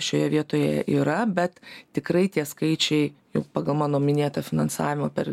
šioje vietoje yra bet tikrai tie skaičiai jau pagal mano minėtą finansavimą per